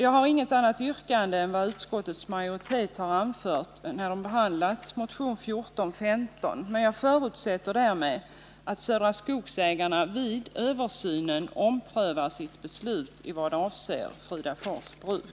Jag har inget annat yrkande än vad utskottets majoritet har anfört vid behandlingen av motion 1415. Jag förutsätter att Södra Skogsägarna vid översynen omprövar sitt beslut vad gäller Fridafors Bruk.